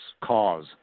cause